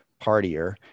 partier